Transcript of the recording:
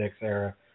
era